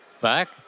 back